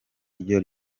ryo